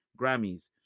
Grammys